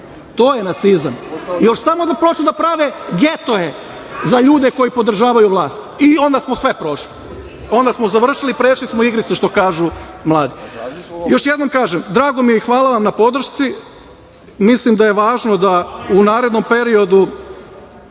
To je nacizam. Još samo da počnu da prave getoe za ljude koji podržavaju vlast i onda smo sve prošli i onda smo prešli igricu, što kažu mladi. Još jednom kažem, drago mi je i hvala vam na podršci. Mislim da je važno da u narednom periodu